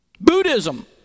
Buddhism